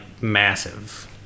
massive